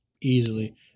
easily